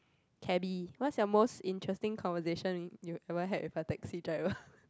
cabby what's your most interesting conversation you you ever had with a taxi driver